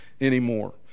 anymore